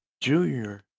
Junior